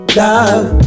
love